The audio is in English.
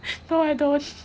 no I don't